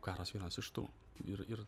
karas vienas iš tų ir ir